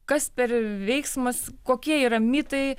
kas per veiksmas kokie yra mitai